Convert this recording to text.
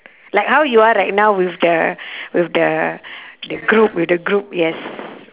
like how you are right now with the with the the group with the group yes